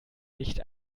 nicht